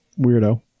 weirdo